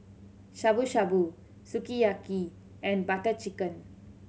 Shabu Shabu Sukiyaki and Butter Chicken